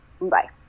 Bye